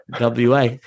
WA